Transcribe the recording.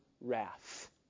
wrath